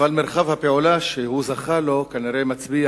אבל מרחב הפעולה שהוא זכה לו כנראה מצביע